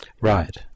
Right